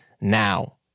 now